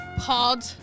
Pod